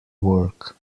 work